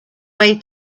way